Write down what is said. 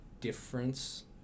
difference